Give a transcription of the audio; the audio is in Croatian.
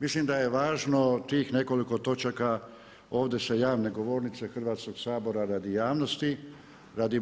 Mislim da je važno tih nekoliko točaka ovdje sa javne govornice Hrvatskog sabora radi javnosti, radi